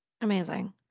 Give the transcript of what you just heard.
Amazing